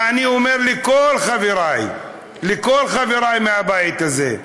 ואני אומר לכל חבריי, לכל חבריי מהבית הזה: